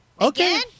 okay